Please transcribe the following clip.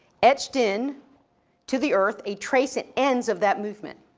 etched in to the earth, a trace at ends of that movement.